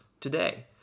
today